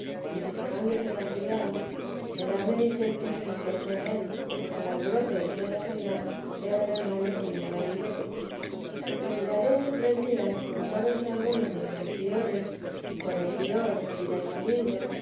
en sosegándose la ciudad de darme licencia que me fuese teei a él porque el alboroto de toda la ciudad era tan grande como ahora diré desde a dos o tres días juntáronse algunos de los regidores y corregidor y del cabildo